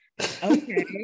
Okay